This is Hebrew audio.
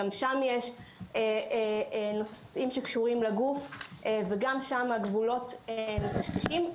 גם שם יש נושאים שקשורים לגוף וגם שם הגבולות מטשטשים.